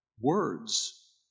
words